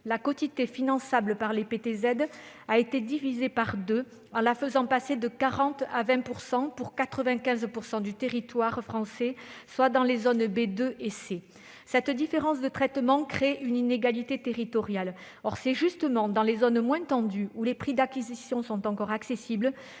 la quotité finançable par les PTZ a été divisée par deux : elle est passée de 40 % à 20 % pour 95 % du territoire français, soit dans les zones B2 et C. Cette différence de traitement crée une inégalité territoriale. Or, c'est justement dans les zones moins tendues, où les prix d'acquisition sont encore accessibles,